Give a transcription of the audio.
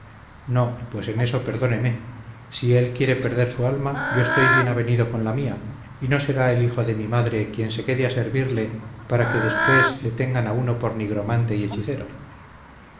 no pues en eso perdóneme si él quiere perder su alma yo estoy bien avenido con la mía y no será el hijo de mi madre quien se quede a servirle para qué después le tengan a uno por nigromante y hechicero